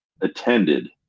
attended